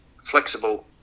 flexible